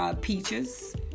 Peaches